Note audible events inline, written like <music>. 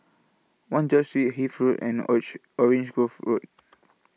one George Street Hythe Road and <unintelligible> Orange Grove Road